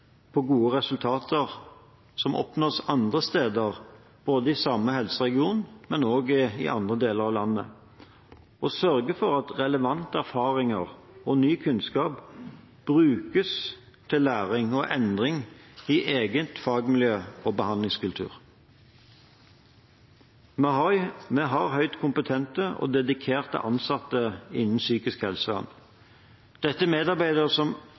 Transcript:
på gode resultater som oppnås andre steder – både i samme helseregion og i andre deler av landet – og sørger for at relevante erfaringer og ny kunnskap brukes til læring og endring i eget fagmiljø og egen behandlingskultur. Vi har høyt kompetente og dedikerte ansatte innen psykisk helsevern. Dette er medarbeidere som vil pasientene det aller beste, og som